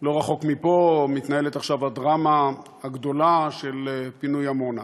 לא רחוק מפה מתנהלת עכשיו הדרמה הגדולה של פינוי עמונה,